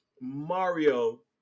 mario